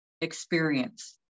experience